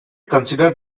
consider